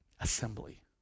assembly